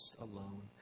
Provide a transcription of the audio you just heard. alone